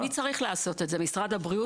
מי צריך לעשות את זה, משרד הבריאות?